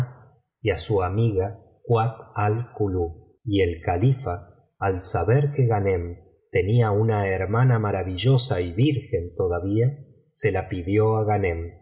a su amiga kuat al kulub y el califa al saber que ghanem tenía una hermana maravillosa y virgen todavía se la pidió á ghanern